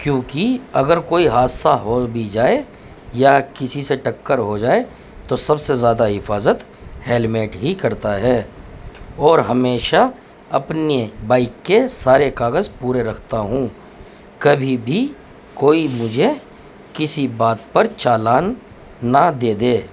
کیوںکہ اگر کوئی حادثہ ہو بھی جائے یا کسی سے ٹکر ہو جائے تو سب سے زیادہ حفاظت ہیلمیٹ ہی کرتا ہے اور ہمیشہ اپنے بائک کے سارے کاغذ پورے رکھتا ہوں کبھی بھی کوئی مجھے کسی بات پر چالان نہ دے دے